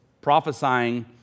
prophesying